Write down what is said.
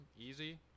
Easy